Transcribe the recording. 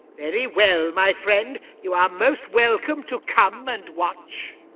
very well, my friend, you are most welcome to come and watch.